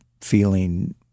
feeling